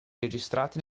registrati